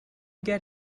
get